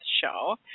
show